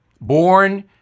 born